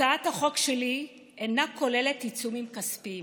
הצעת החוק שלי אינה כוללת עיצומים כספיים